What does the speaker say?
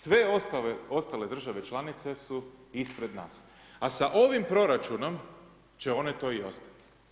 Sve ostale države članice su ispred nas, a sa ovim proračunom će one to i ostati.